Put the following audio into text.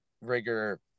rigor